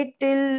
till